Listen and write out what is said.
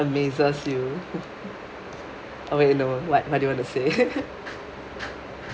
what amazes you okay no what what you want to say